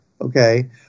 okay